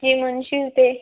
जे म्हणशील ते